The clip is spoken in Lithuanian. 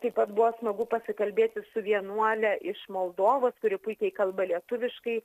taip pat buvo smagu pasikalbėti su vienuole iš moldovos kuri puikiai kalba lietuviškai